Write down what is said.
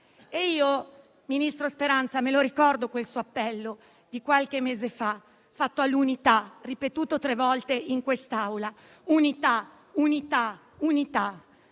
E io, ministro Speranza, ricordo l'appello di qualche mese fa all'unità, ripetuto tre volte in quest'Aula: unità, unità, unità!